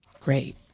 Great